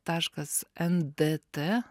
taškas en d t